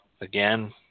Again